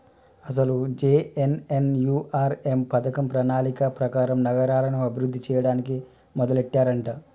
అసలు జె.ఎన్.ఎన్.యు.ఆర్.ఎం పథకం ప్రణాళిక ప్రకారం నగరాలను అభివృద్ధి చేయడానికి మొదలెట్టారంట